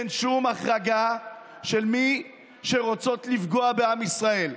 אין שום החרגה של מי שרוצות לפגוע בעם ישראל.